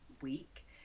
week